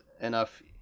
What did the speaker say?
enough